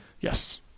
Yes